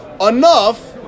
enough